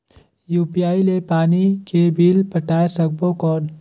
UPI ले पानी के बिल पटाय सकबो कौन?